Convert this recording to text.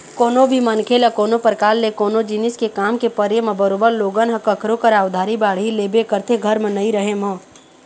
कोनो भी मनखे ल कोनो परकार ले कोनो जिनिस के काम के परे म बरोबर लोगन ह कखरो करा उधारी बाड़ही लेबे करथे घर म नइ रहें म